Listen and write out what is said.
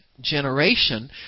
generation